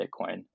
Bitcoin